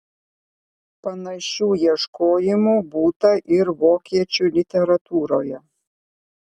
panašių ieškojimų būta ir vokiečių literatūroje